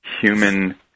human